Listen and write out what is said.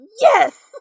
yes